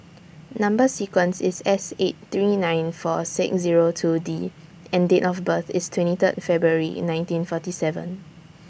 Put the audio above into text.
Number sequence IS S eight three nine four six Zero two D and Date of birth IS twenty three February nineteen forty seven